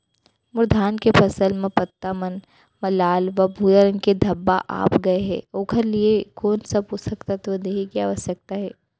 मोर धान के फसल म पत्ता मन म लाल व भूरा रंग के धब्बा आप गए हे ओखर लिए कोन स पोसक तत्व देहे के आवश्यकता हे?